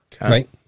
Right